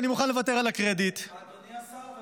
אני מוכן לוותר על הקרדיט -- אדוני השר,